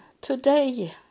today